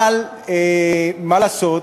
אבל מה לעשות,